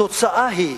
התוצאה היא,